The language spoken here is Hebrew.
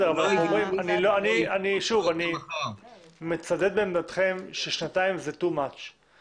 אני מצדד בעמדתכם ששנתיים זה יותר מדי זמן